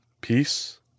Peace